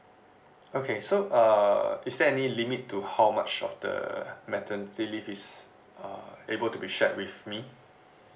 okay so uh is there any limit to how much of the maternity leave is uh able to be shared with me